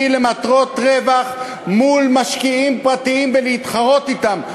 למטרות רווח מול משקיעים פרטיים ולהתחרות בהם,